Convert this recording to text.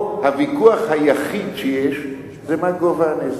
פה הוויכוח היחיד שיש זה מה גובה הנזק.